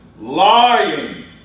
Lying